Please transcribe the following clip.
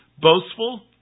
boastful